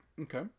Okay